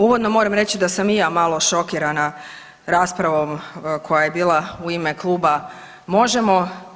Uvodno moram reći da sam i ja malo šokirana raspravom koja je bila u ime kluba Možemo.